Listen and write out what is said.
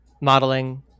modeling